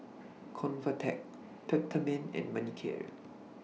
Convatec Peptamen and Manicare